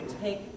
take